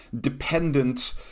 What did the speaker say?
dependent